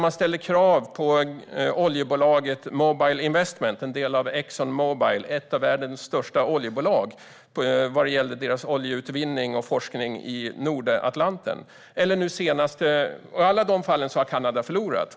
Man ställde krav på oljebolaget Mobil Investments - som är en del av Exxon Mobil, ett av världens största oljebolag - vad gällde deras oljeutvinning och forskning i Nordatlanten. I alla dessa fall har Kanada förlorat.